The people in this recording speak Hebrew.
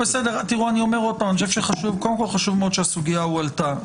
אני אומר שוב שחשוב מאוד שהסוגייה הועלתה.